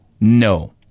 no